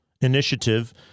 Initiative